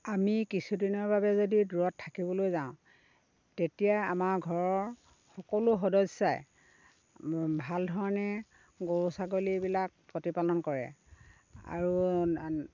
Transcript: আমি কিছুদিনৰ বাবে যদি দূৰত থাকিবলৈ যাওঁ তেতিয়া আমাৰ ঘৰৰ সকলো সদস্যাই ভাল ধৰণে গৰু ছাগলীবিলাক প্ৰতিপালন কৰে আৰু